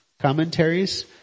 commentaries